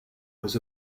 was